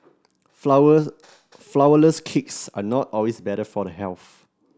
flour flourless cakes are not always better for the health